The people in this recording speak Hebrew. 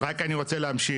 אני יודע שזה לא נעים לשמוע,